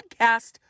podcast